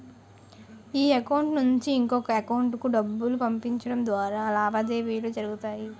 ఈ అకౌంట్ నుంచి ఇంకొక ఎకౌంటుకు డబ్బులు పంపించడం ద్వారా లావాదేవీలు జరుగుతాయి